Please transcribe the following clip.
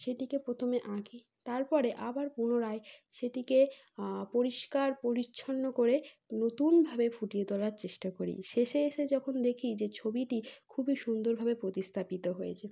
সেটিকে প্রথমে আঁকি তারপরে আবার পুনরায় সেটিকে পরিষ্কার পরিচ্ছন্ন করে নতুনভাবে ফুটিয়ে তোলার চেষ্টা করি শেষে এসে যখন দেখি যে ছবিটি খুবই সুন্দরভাবে প্রতিস্থাপিত হয়েছে